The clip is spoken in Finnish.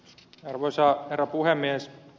arvoisa herra puhemies